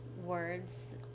words